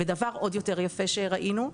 והדבר העוד יותר יפה שראינו,